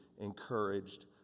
encouraged